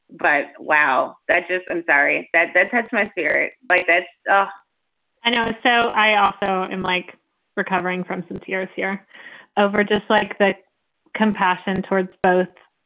but wow. that just. i'm sorry that that touched my spirit like that i know. so i also am like recovering from some tears here over just like that compassion towards both